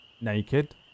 naked